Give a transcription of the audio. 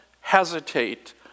hesitate